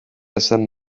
esan